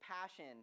passion